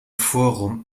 forum